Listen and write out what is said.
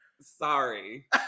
sorry